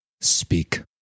speak